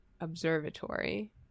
observatory